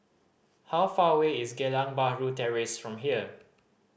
how far away is Geylang Bahru Terrace from here